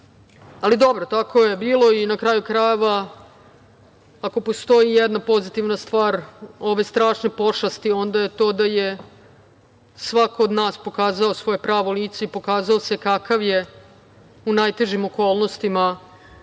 dobro, tako je bilo. Na kraju krajeva ako postoji jedna pozitivna stvar ove strašne pošasti onda je to da je svako od nas pokazao svoje pravo lice i pokazao se kakav je u najtežim okolnostima